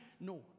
no